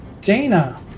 Dana